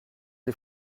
des